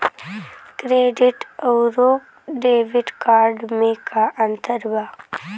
Credit अउरो debit card मे का अन्तर बा?